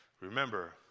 Remember